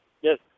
yes